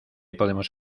podemos